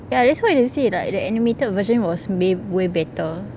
ya that's why they say like the animated version was way way better